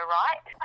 right